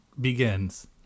begins